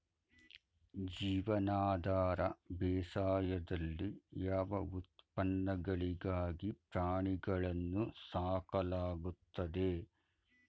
ಜೀವನಾಧಾರ ಬೇಸಾಯದಲ್ಲಿ ಯಾವ ಉತ್ಪನ್ನಗಳಿಗಾಗಿ ಪ್ರಾಣಿಗಳನ್ನು ಸಾಕಲಾಗುತ್ತದೆ?